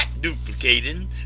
duplicating